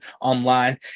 online